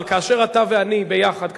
אבל כאשר אתה ואני ביחד,